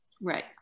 right